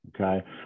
okay